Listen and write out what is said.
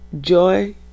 joy